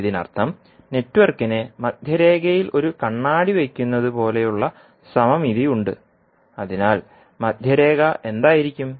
ഇതിനർത്ഥം നെറ്റ്വർക്കിന് മധ്യരേഖയിൽ ഒരു കണ്ണാടി വയ്ക്കുന്നത് പോലെയുള്ള സമമിതി ഉണ്ട് അതിനാൽ മധ്യരേഖ എന്തായിരിക്കും